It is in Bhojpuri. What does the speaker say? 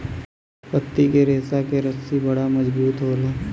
पत्ती के रेशा क रस्सी बड़ा मजबूत होला